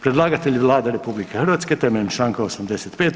Predlagatelj je Vlada RH temeljem članka 85.